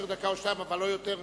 אבל לא יותר